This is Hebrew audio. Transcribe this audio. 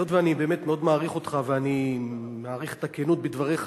היות שאני באמת מאוד מעריך אותך ואני מעריך את הכנות בדבריך,